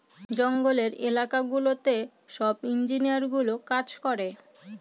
জঙ্গলের এলাকা গুলোতে সব ইঞ্জিনিয়ারগুলো কাজ করে